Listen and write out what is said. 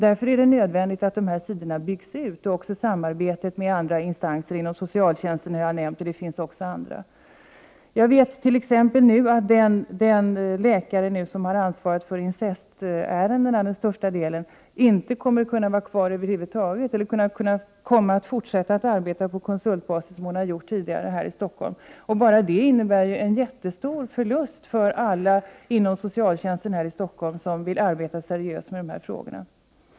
Därför är det nödvändigt att verksamheten byggs ut liksom samarbetet med de områden inom socialtjänsten som jag tidigare nämnde, men även med andra. Den läkare som nu till största delen har ansvar för incestfallen kommer inte att över huvud taget kunna vara kvar eller kunna fortsätta att arbeta på konsultbasis, som hon tidigare har gjort. Det innebär ju en mycket stor förlust för alla inom socialtjänsten här i Stockholm som vill arbeta seriöst med dessa problem.